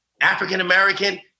African-American